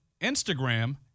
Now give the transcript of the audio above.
Instagram